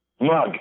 Mug